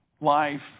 life